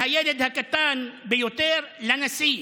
מהילד הקטן ביותר עד נשיא,